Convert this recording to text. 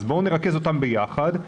בואו נרכז אותם ביחד.